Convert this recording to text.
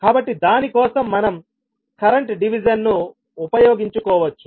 కాబట్టి దాని కోసం మనం కరెంట్ డివిజన్ ను ఉపయోగించుకోవచ్చు